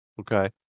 Okay